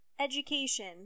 Education